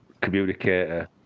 communicator